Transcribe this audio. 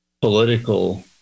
political